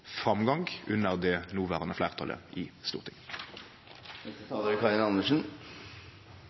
framgang under det noverande fleirtalet i Stortinget. Først: Jeg tror det er